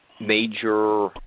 major